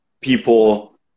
people